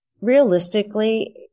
Realistically